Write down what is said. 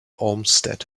olmsted